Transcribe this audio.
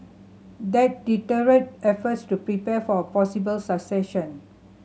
that deterred efforts to prepare for a possible succession